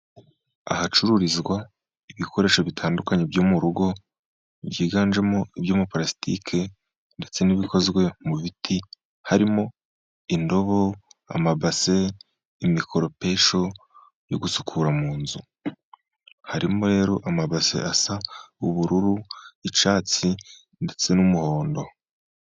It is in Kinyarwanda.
Ahacururizwa ibikoresho bitandukanye byo mu rugo byiganjemo iby'amapalasitiki ndetse n'ibikozwe mu biti, harimo indobo, amabase, imikoropesho yo gusukura mu nzu. Harimo rero amabase asa ubururu, icyatsi ndetse n'umuhondo.